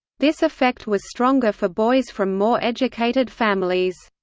this effect was stronger for boys from more educated families.